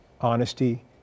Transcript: honesty